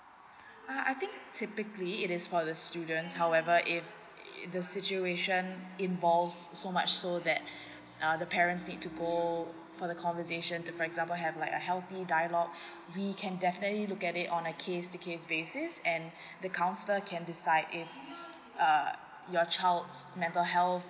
uh I think typically it is for the students however if the situation involve so much so that other parents need to go for the conversation to for example have like a healthy dialogue we can definitely look at it on a case the case basis and the counsellor can decide if err your child's mental health